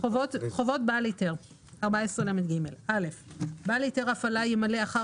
14לג.חובות בעל היתר בעל היתר הפעלה ימלא אחר